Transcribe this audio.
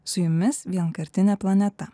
su jumis vienkartinė planeta